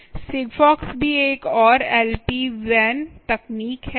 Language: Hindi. SigFox भी एक और LPWAN तकनीक है